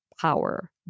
power